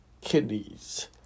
kidneys